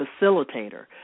facilitator